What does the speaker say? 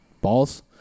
balls